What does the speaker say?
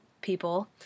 people